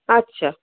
আচ্ছা